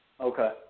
Okay